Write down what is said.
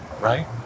Right